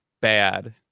bad